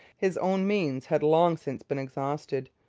his own means had long since been exhausted.